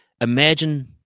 imagine